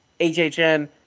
HHN